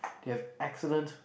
they have excellent